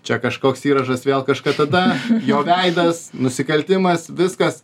čia kažkoks įrašas vėl kažką tada jo veidas nusikaltimas viskas